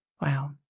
Wow